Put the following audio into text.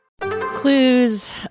Clues